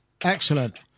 Excellent